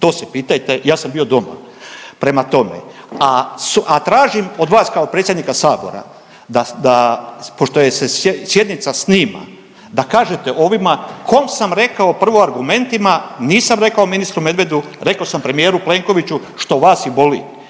To se pitajte, ja sam bio doma. Prema tome, a tražim od vas kao predsjednika Sabora pošto se sjednica snima da kažete ovima kom sam rekao prvo argumentima, nisam rekao ministru Medvedu, rekao sam premijeru Plenkoviću što vas i boli.